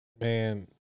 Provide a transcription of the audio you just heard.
man